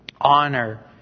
honor